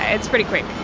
it's pretty quick.